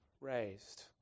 raised